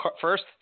First